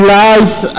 life